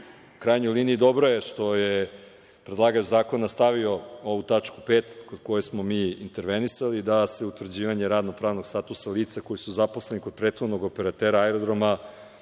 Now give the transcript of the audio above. krajnjoj liniji, dobro je što je predlagač zakona stavio ovu tačku 5. na kojoj smo mi intervenisali da se utvrđivanje radno pravnog statusa lica koji su zaposleni kod prethodnog operatera aerodroma